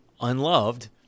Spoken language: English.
unloved